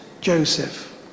Joseph